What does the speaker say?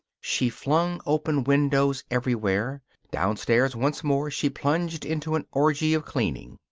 she flung open windows everywhere. downstairs once more she plunged into an orgy of cleaning.